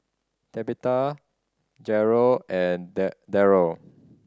Tabetha Jarret and Derald